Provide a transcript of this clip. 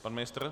Pan ministr?